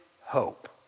hope